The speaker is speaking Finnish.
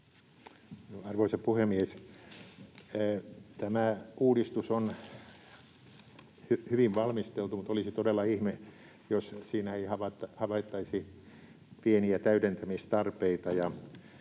Arvoisa puhemies! Tämä uudistus on hyvin valmisteltu, mutta olisi todella ihme, jos siinä ei havaittaisi pieniä täydentämistarpeita,